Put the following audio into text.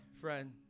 friend